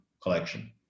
collection